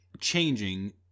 changing